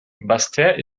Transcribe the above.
basseterre